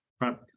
right